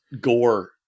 gore